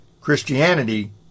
Christianity